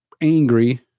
angry